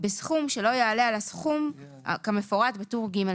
עכשיו אנחנו מגיעים לסימן ג',